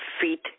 feet